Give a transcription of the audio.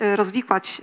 rozwikłać